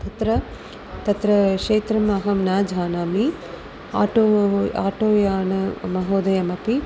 तत्र तत्र क्षेत्रम् अहं न जानामि आटो आटोयान महोदयमपि